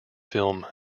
film